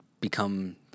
become